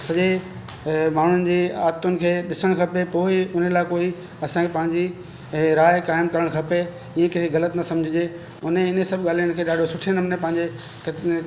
सॼे ए माण्हुनि जी आदतूनि खे ॾिसणु खपे पोइ ई हुन लाइ कोई असांजे पंहिंजी हीअ राइ करणु खपे ईअं कंहिंखे ग़लति न सम्झि जे हुन हिन सभु ॻाल्हिनि खे ॾाढो सुठे नमूने पंहिंजे कित ने